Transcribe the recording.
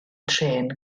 trên